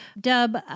Dub